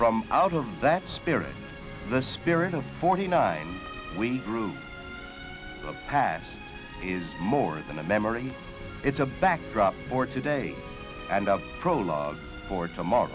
from out of that spirit the spirit of forty nine we grew up pat is more than a memory it's a backdrop for today and the prologue for tomorrow